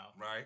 Right